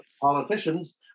politicians